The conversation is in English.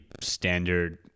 standard